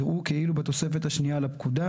יראו כאילו בתוספת השנייה לפקודה,